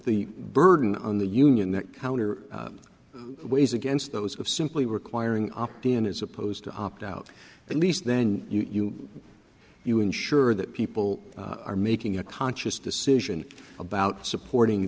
the burden on the union that counter weighs against those of simply requiring opt in is opposed to opt out but at least then you you ensure that people are making a conscious decision about supporting